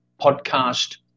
podcast